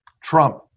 Trump